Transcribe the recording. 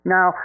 Now